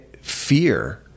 fear